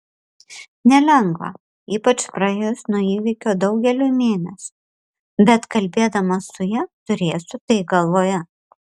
nelengva ypač praėjus nuo įvykio daugeliui mėnesių bet kalbėdamas su ja turėsiu tai galvoje